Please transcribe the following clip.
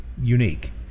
unique